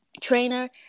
trainer